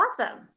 awesome